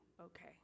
okay